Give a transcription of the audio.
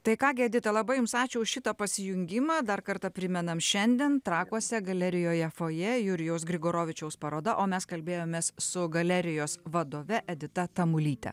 tai ką gi edita labai jums ačiū už šitą pasijungimą dar kartą primenam šiandien trakuose galerijoje fojė jurijaus grigorovičiaus paroda o mes kalbėjomės su galerijos vadove edita tamulyte